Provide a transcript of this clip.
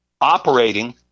operating